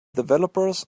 developers